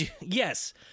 Yes